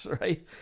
right